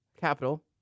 capital